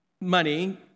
money